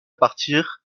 partir